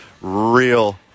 real